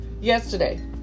yesterday